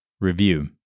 Review